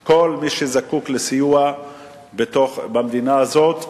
כל מי שזקוק לסיוע במדינה הזאת,